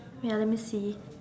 wait ah let me see